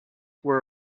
were